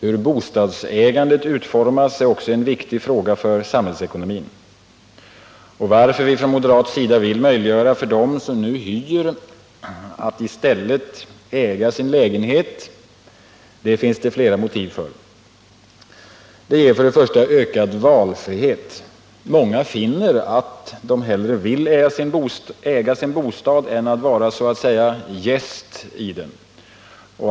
Hur bostadsägandet utformas är också en viktig fråga för samhällsekonomin. Att vi från moderat sida vill möjliggöra för dem som nu hyr att i stället äga sin lägenhet finns det flera motiv för. För det första: Det ger ökad valfrihet. Många finner att de hellre vill äga sin bostad än att vara ”gäst” i den.